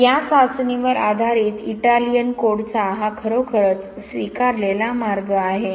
तर या चाचणीवर आधारित इटालियन कोडचा हा खरोखरच स्वीकारलेला मार्ग आहे